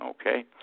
Okay